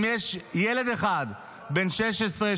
אם יש ילד אחד בן 16,